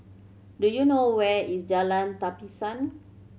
do you know where is Jalan Tapisan